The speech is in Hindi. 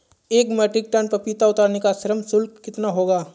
एक मीट्रिक टन पपीता उतारने का श्रम शुल्क कितना होगा?